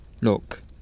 Look